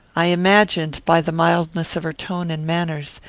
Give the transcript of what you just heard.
i imagined, by the mildness of her tone and manners,